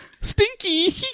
Stinky